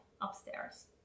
upstairs